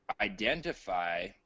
identify